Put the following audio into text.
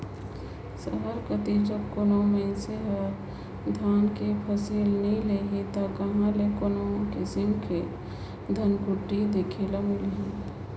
सहर कती जब कोनो मइनसे हर धान कर फसिल नी लेही ता कहां ले कोनो किसिम कर धनकुट्टी देखे ले मिलही